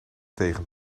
tegen